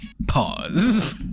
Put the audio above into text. pause